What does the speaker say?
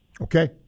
Okay